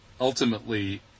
ultimately